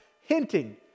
hinting